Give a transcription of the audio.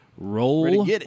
Roll